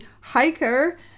hiker